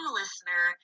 listener